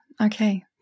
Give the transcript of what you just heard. Okay